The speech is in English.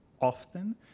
often